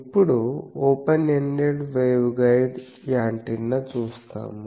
ఇప్పుడు open ended waveguide antenna చూస్తాము